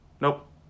Nope